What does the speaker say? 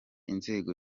inzego